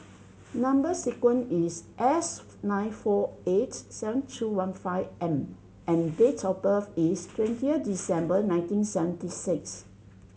number sequence is S nine four eight seven two one five M and date of birth is twentieth December nineteen seventy six